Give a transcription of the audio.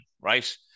right